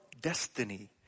destiny